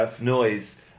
noise